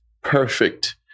perfect